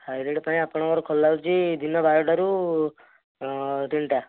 thyroid ପାଇଁ ଆପଣଙ୍କର ଖୋଲା ହେଉଛି ଦିନ ବାରଟାରୁ ତିନିଟା